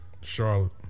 Charlotte